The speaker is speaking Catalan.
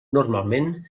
normalment